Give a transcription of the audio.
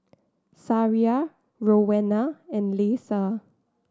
Sariah Rowena and Leisa